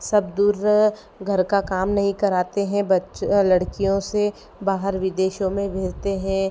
सब दूर घर का काम नहीं कराते हैं बच्चे लड़कियों से बाहर विदेशों में भेजते हैं